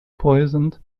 poisoned